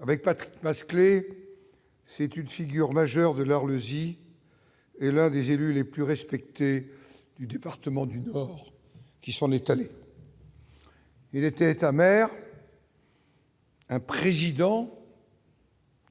Avec Patrick Masclet, c'est une figure majeure de la Russie et l'un des élus les plus respectés du département du Nord qui s'en est allé. Il était amer. Un président.